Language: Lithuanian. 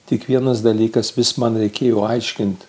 tik vienas dalykas vis man reikėjo aiškint